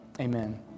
Amen